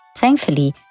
Thankfully